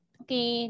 okay